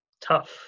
tough